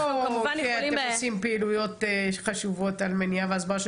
לא שאתם עושים פעילויות חשובות על מניעה והסברה,